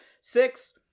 Six